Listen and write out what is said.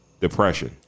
depression